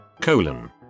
colon